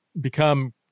become